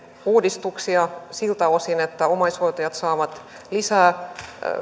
uudistuksia siltä osin että omaishoitajat saavat lisää